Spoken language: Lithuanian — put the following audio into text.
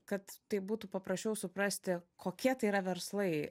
kad tai būtų paprasčiau suprasti kokie tai yra verslai